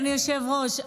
אדוני היושב-ראש,